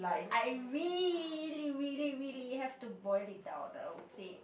I really really really have to boil it down I would say